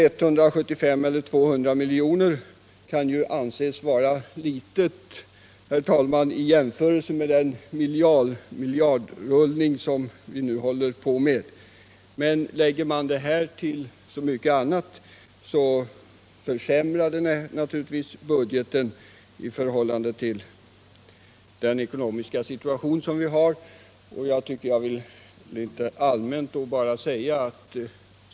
175-200 milj.kr. kan kanske anses vara ett litet belopp i den miljardrullning som nu pågår, men tillsammans med alla andra utgifter leder det naturligtvis till en försämring av budgeten i nuvarande ekonomiska situation.